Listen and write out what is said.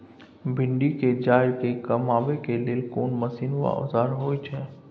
भिंडी के जईर के कमबै के लेल कोन मसीन व औजार होय छै?